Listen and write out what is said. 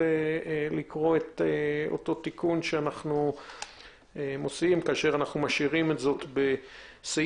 בכוונת הממשלה להביא הצעת חוק שתסדיר את הדברים